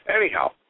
Anyhow